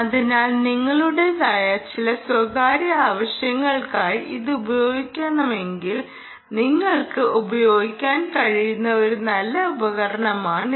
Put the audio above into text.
അതിനാൽ നിങ്ങളുടേതായ ചില സ്വകാര്യ ആവശ്യങ്ങൾക്കായി ഇത് ഉപയോഗിക്കുകയാണെങ്കിൽ നിങ്ങൾക്ക് ഉപയോഗിക്കാൻ കഴിയുന്ന ഒരു നല്ല ഉപകരണമാണിത്